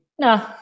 no